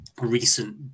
recent